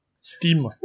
Steam